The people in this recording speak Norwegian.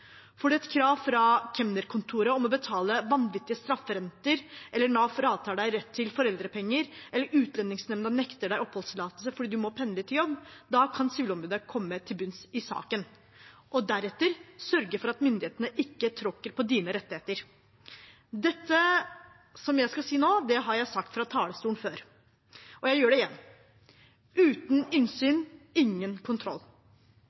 et krav fra kemnerkontoret om å betale vanvittige strafferenter, Nav fratar deg rett til foreldrepenger eller Utlendingsnemnda nekter deg oppholdstillatelse fordi du må pendle til jobb, kan Sivilombudet komme til bunns i saken og deretter sørge for at myndighetene ikke tråkker på dine rettigheter. Det jeg skal si nå, har jeg sagt fra talerstolen før, og jeg gjør det igjen: Uten innsyn – ingen kontroll.